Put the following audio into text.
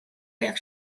байх